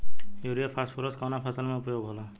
Urea phosphorus कवना फ़सल में उपयोग होला?